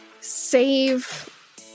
save